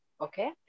Okay